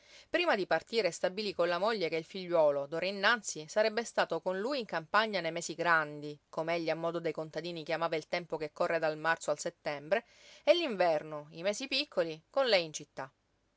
prima di partire stabilí con la moglie che il figliuolo d'ora innanzi sarebbe stato con lui in campagna nei mesi grandi com'egli a modo dei contadini chiamava il tempo che corre dal marzo al settembre e l'inverno i mesi piccoli con lei in città